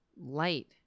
light